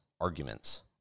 arguments